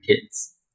kids